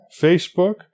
Facebook